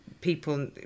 people